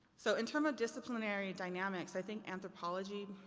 so in term of disciplinary dynamics, i think anthropology,